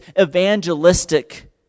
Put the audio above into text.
evangelistic